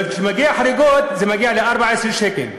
כשמגיעות החריגות זה מגיע ל-14 שקל.